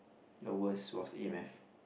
your worst was A math